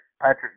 Patrick